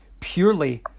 purely